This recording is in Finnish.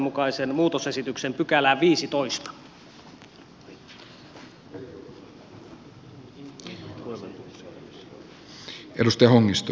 teen vastalauseen mukaisen muutosesityksen